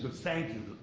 ah thank you,